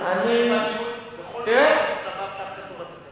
אני אירשם כדי שיישמע קולי.